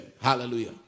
Hallelujah